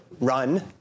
run